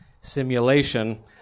simulation